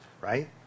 right